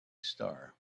star